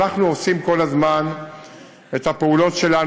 אנחנו עושים כל הזמן את הפעולות שלנו,